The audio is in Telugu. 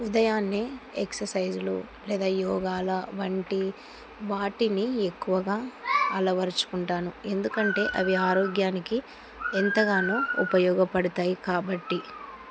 ఉదయాన్నే ఎక్ససైజులు లేదా యోగాల వంటి వాటిని ఎక్కువగా అలవరుచుకుంటాను ఎందుకంటే అవి ఆరోగ్యానికి ఎంతగానో ఉపయోగపడతాయి కాబట్టి